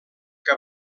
que